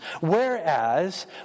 Whereas